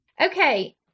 Okay